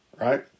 right